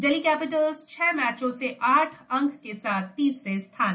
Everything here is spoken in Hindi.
दिल्ली कैपिटल्स छह मैचों से आठ अंक के साथ तीसरे स्थान पर है